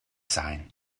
sign